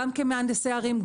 גם כמהנדסי ערים,